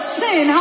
sin